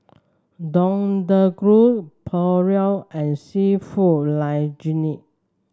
Deodeok Gui Pulao and seafood Linguine